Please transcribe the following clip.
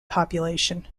population